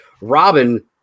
Robin